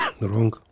wrong